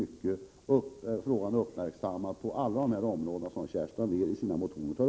Man är uppmärksam på alla de områden som Kerstin Anér tar upp i sina motioner.